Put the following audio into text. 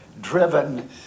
driven